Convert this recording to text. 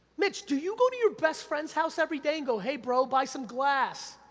mitch, do you go to your best friend's house every day and go, hey bro, buy some glass!